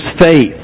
faith